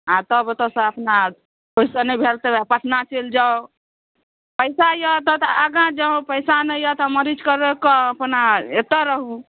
आ तब ओतयसँ अपना ओहिसँ नहि भेल तऽ उएह पटना चलि जाउ पैसा यए तब तऽ आगाँ जाउ पैसा नहि यए तऽ मरीजकेँ रोकि कऽ अपना एतय रहू